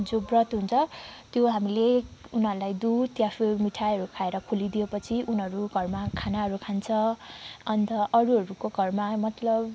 जो व्रत हुन्छ त्यो हामीले उनीहरूलाई दुध या फिर मिठाईहरू खाएर खोलिदिएपछि उनीहरू घरमा खानाहरू खान्छ अन्त अरूहरूको घरमा मतलब